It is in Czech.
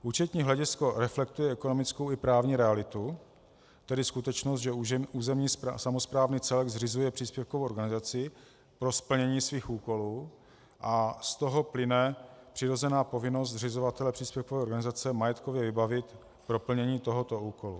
Účetní hledisko reflektuje ekonomickou i právní realitu, tedy skutečnost, že územní samosprávný celek zřizuje příspěvkovou organizaci pro splnění svých úkolů, a z toho plyne přirozená povinnost zřizovatele příspěvkové organizace majetkově vybavit pro plnění tohoto úkolu.